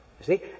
See